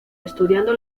estudiando